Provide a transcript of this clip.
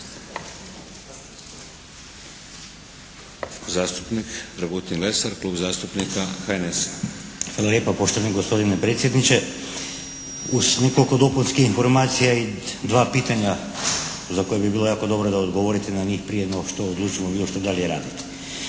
zastupnika HNS-a. **Lesar, Dragutin (HNS)** Hvala lijepa poštovani gospodine predsjedniče. Uz nekoliko dopunskih informacija i dva pitanja za koja bi bilo jako dobro da odgovorite na njih prije no što odlučimo bilo što dalje raditi.